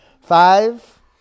Five